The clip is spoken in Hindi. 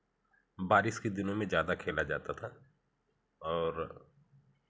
बारिश के दिनों में ज़्यादा खेला जाता था और